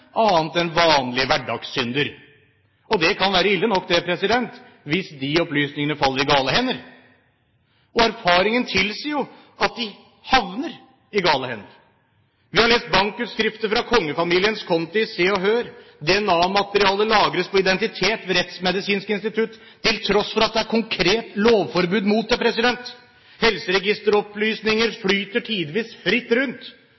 annet enn vanlige hverdagssynder, og det kan være ille nok det hvis de opplysningene faller i gale hender. Erfaringen tilsier at de havner i gale hender. Vi har lest bankutskrifter fra kongefamiliens konti i Se og Hør. DNA-materiale lagres på identitet ved Rettsmedisinsk institutt til tross for at det er konkret lovforbud mot det. Helseregisteropplysninger flyter tidvis fritt rundt,